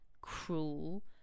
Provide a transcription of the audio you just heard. cruel